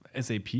SAP